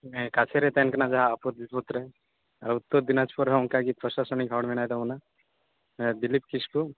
ᱠᱟᱪᱷᱮ ᱨᱮᱭ ᱛᱟᱦᱮᱱ ᱠᱟᱱᱟ ᱡᱟᱦᱟᱸ ᱟᱯᱚᱫ ᱵᱤᱯᱚᱫ ᱨᱮ ᱩᱛᱛᱚᱨ ᱫᱤᱱᱟᱡᱯᱩᱨ ᱨᱮᱦᱚᱸ ᱚᱱᱠᱟᱜᱮ ᱯᱨᱚᱥᱟᱥᱚᱱᱤᱠ ᱦᱚᱲ ᱢᱮᱱᱟᱭ ᱛᱟᱵᱚᱱᱟ ᱫᱤᱞᱤᱯ ᱠᱤᱥᱠᱩ